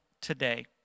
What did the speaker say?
today